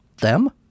them